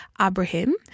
Abraham